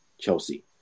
Chelsea